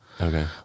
Okay